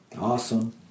Awesome